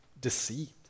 deceived